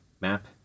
map